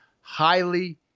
Highly